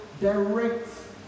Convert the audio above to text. direct